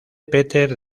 peter